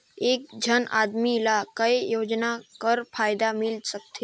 एक झन आदमी ला काय योजना कर फायदा मिल सकथे?